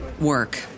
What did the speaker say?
work